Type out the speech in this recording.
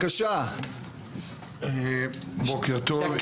בוקר טוב,